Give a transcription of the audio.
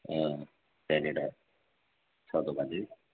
अँ त्यहाँनिर छ दोकान चाहिँ